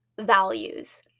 values